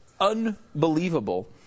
unbelievable